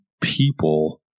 people